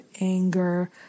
anger